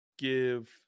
give